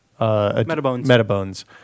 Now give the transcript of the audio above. Metabones